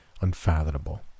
Unfathomable